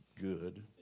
good